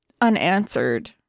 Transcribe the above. unanswered